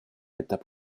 étape